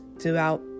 throughout